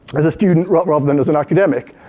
as a student rather than as an academic,